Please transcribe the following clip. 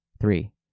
Three